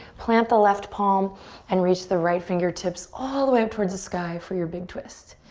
plant the left palm and reach the right fingertips all the way up towards the sky for your big twist.